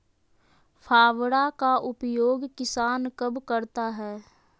फावड़ा का उपयोग किसान कब करता है?